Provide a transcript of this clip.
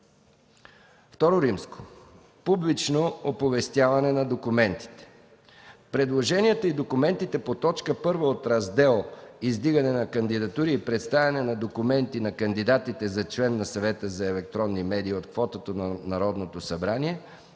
телевизията. ІІ. Публично оповестяване на документите 1. Предложенията и документите по т. 1 от Раздел „Издигане на кандидатури и представяне на документи на кандидатите за член на Съвета за електронни медии от квотата на Народното събрание”